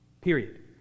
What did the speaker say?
Period